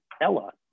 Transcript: Ella